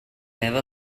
never